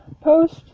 post